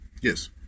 Yes